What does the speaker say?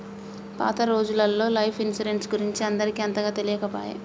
పాత రోజులల్లో life insurance గురించి అందరికి అంతగా తెలియకపాయె